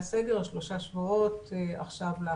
בסגר של שלושה שבועות לאחרונה.